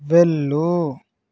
వెళ్ళు